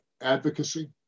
advocacy